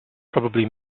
probably